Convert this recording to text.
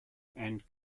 and